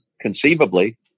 conceivably